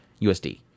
USD